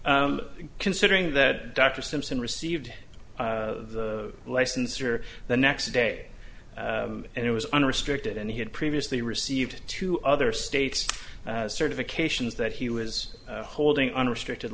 flag considering that dr simpson received the license or the next day and it was unrestricted and he had previously received two other states certifications that he was holding unrestricted